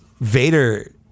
Vader